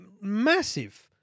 massive